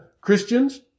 Christians